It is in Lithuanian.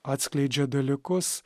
atskleidžia dalykus